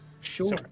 Sure